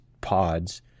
pods